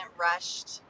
rushed